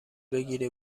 بگیری